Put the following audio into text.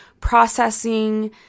processing